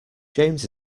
james